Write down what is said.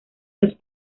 los